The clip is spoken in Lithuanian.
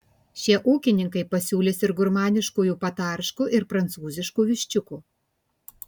šie ūkininkai pasiūlys ir gurmaniškųjų patarškų ir prancūziškų viščiukų